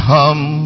Come